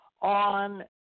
on